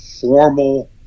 formal